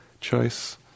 choice